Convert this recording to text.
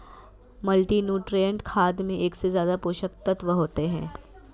multinutrient खाद में एक से ज्यादा पोषक तत्त्व होते है